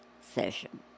session